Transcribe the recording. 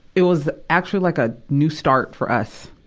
it was actually like a new start for us.